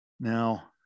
Now